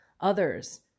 others